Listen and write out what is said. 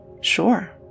sure